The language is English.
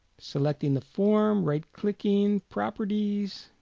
selecting the form right clicking properties